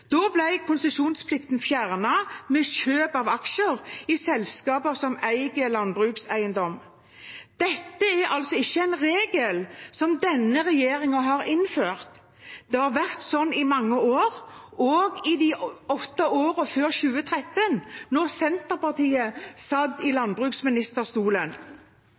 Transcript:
Da ble konsesjonsplikten fjernet ved kjøp av aksjer i selskaper som eier landbrukseiendom. Dette er altså ikke en regel som denne regjeringen har innført, det har vært sånn i mange år, også i de åtte årene før 2013 da Senterpartiet satt i